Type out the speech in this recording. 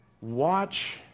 Watch